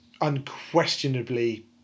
unquestionably